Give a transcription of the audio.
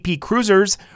cruisers